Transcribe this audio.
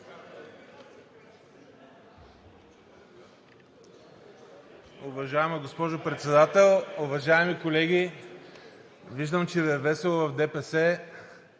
Уважаема госпожо Председател, уважаеми колеги! Виждам, че Ви е весело в ДПС,